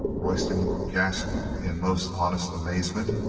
royston gasped in most honest amazement.